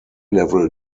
level